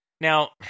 Now